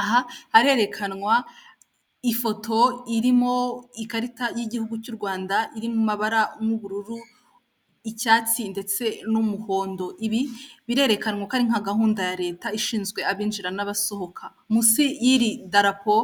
Aha harerekanwa ifoto irimo ikarita y'igihugu cy'u Rwanda iri mu amabara n'ubururu, icyatsi ndetse n'umuhondo ibi birerekanwa ko ari nka gahunda ya leta ishinzwe abinjira n'abasohoka, munsi y'iri darapo